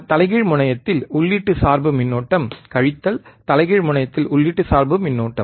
தலைகீழ் முனையத்தில் உள்ளீட்டு சார்பு மின்னோட்டம் கழித்தல் தலைகீழ் முனையத்தில் உள்ளீட்டு சார்பு மின்னோட்டம்